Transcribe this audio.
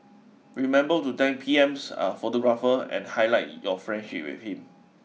remember to thank P M's photographer and highlight your friendship with him